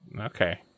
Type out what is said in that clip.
Okay